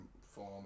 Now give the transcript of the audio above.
form